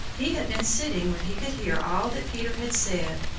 he had been sitting where he could hear all that peter had said.